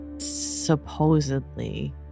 supposedly